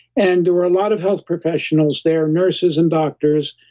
and there were a lot of health professionals there, nurses and doctors,